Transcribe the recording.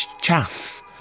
chaff